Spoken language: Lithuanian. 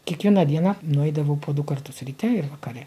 kiekvieną dieną nueidavau po du kartus ryte ir vakare